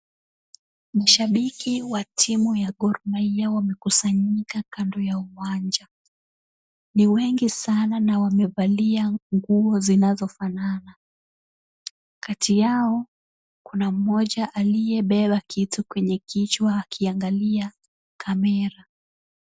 Mashabiki wa timu ya Gor Mahia wamekusanyika kando ya uwanja. Ni wengi sana na wamevalia nguo zinazofanana. Kati yao kuna mmoja aliyebeba kitu kwenye kichwa akiangalia camera .